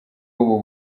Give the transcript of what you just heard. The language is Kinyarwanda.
ubu